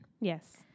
Yes